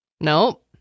Nope